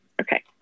okay